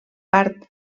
part